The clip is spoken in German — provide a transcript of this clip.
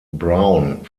brown